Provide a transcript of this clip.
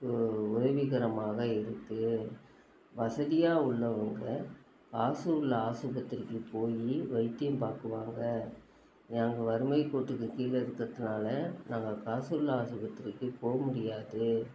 ஒரு உதவிகரமாக இருக்குது வசதியாக உள்ளவங்க காசு உள்ள ஆஸ்பத்திரிக்கு போய் வைத்தியம் பார்க்குவாங்க நாங்கள் வறுமைக்கோட்டுக்கு கீழே இருக்கிறதுனால நாங்கள் காசு உள்ள ஆஸ்பத்திரிக்கு போகமுடியாது